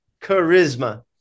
Charisma